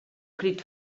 crit